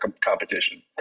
competition